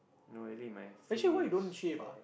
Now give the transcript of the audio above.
no really my face lah